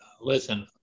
listen